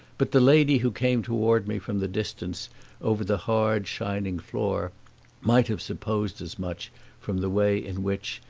but the lady who came toward me from the distance over the hard, shining floor might have supposed as much from the way in which,